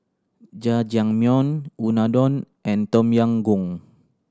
Jajangmyeon Unadon and Tom Yam Goong